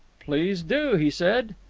please do, he said.